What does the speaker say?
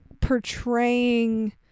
portraying